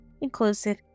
inclusive